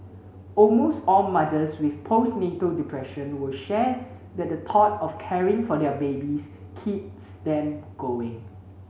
almost all mothers with postnatal depression will share that the thought of caring for their babies keeps them going